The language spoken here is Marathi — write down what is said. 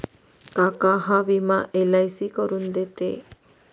काका हा विमा एल.आय.सी करून देते